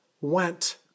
went